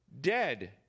dead